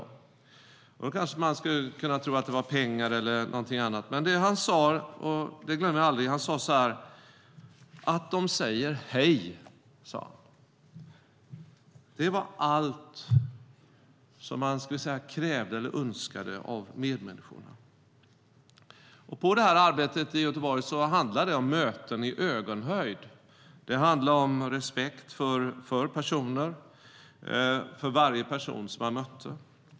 Man skulle kunna tro att det skulle vara pengar eller något annat, men han svarade: Att de säger "Hej". Det var allt han önskade av medmänniskorna. På mitt arbete i Göteborg handlade det om möten i ögonhöjd, om respekt för varje person.